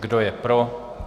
Kdo je pro?